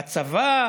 בצבא,